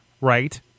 right